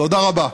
תודה רבה.